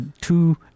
two